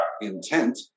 intent